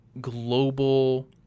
global